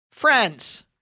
Friends